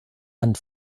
and